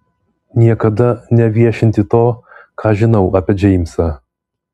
niekada neviešinti to ką žinau apie džeimsą